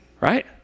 Right